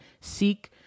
seek